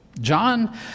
John